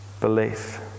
belief